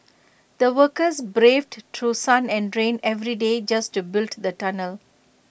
the workers braved through sun and rain every day just to build the tunnel